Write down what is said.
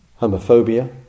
homophobia